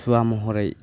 सुवा महरै